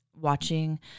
watching